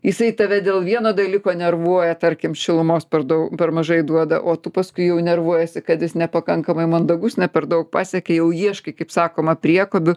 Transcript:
jisai tave dėl vieno dalyko nervuoja tarkim šilumos per dau per mažai duoda o tu paskui jau nervuojiesi kad jis nepakankamai mandagus ne per daug pasiekė jau ieškai kaip sakoma priekabių